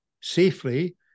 safely